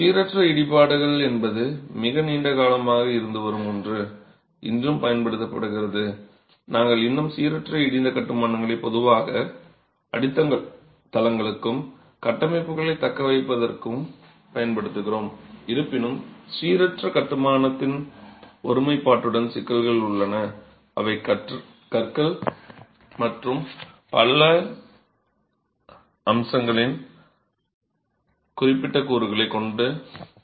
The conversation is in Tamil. சீரற்ற இடிபாடுகள் என்பது மிக நீண்ட காலமாக இருந்து வரும் ஒன்று இன்றும் பயன்படுத்தப்படுகிறது நாங்கள் இன்னும் சீரற்ற இடிந்த கட்டுமானங்களை பொதுவாக அடித்தளங்களுக்கும் கட்டமைப்புகளைத் தக்கவைப்பதற்கும் பயன்படுத்துகிறோம் இருப்பினும் சீரற்ற இடிபாடு கட்டுமானத்தின் ஒருமைப்பாட்டுடன் சிக்கல்கள் உள்ளன அவை கற்கள் மற்றும் பல அம்சங்களின் குறிப்பிட்ட கூறுகளைக் கொண்டு கடக்க முடியும்